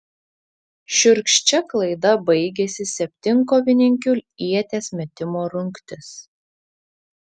šiurkščia klaida baigėsi septynkovininkių ieties metimo rungtis